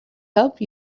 help